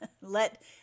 let